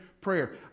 prayer